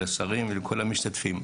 לשרים וכל המשתתפים.